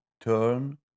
turn